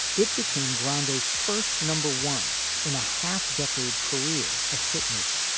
it became grandin's first number one in a half decade career of hit making.